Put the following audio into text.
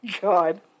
God